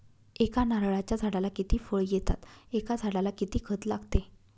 एका नारळाच्या झाडाला किती फळ येतात? एका झाडाला किती खत लागते?